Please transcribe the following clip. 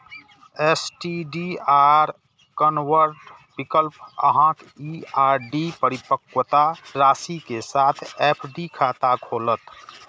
STDR convert विकल्प अहांक ई आर.डी परिपक्वता राशि के साथ एफ.डी खाता खोलत